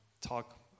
talk